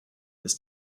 this